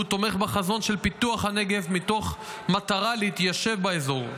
הוא תומך בחזון של פיתוח הנגב מתוך מטרה להתיישב באזור,